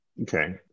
Okay